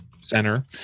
Center